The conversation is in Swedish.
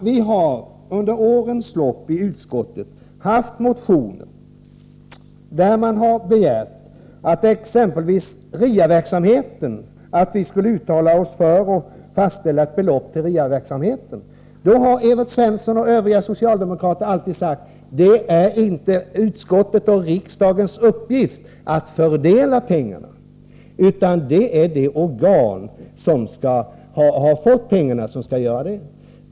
Vi har under årens lopp i utskottet behandlat motioner där det har begärts att vi skulle uttala oss för exempelvis RIA-verksamheten och föreslå ett belopp till den. Då har Evert Svensson och övriga socialdemokrater alltid sagt: Det är inte utskottets och riksdagens uppgift att fördela pengar. Det är det organ som har fått pengarna som skall göra det.